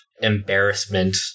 embarrassment